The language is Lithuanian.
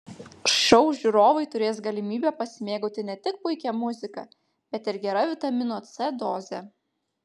šou žiūrovai turės galimybę pasimėgauti ne tik puikia muzika bet ir gera vitamino c doze